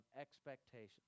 expectations